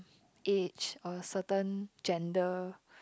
age a certain gender